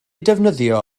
defnyddio